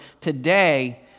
today